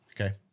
Okay